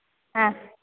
ആ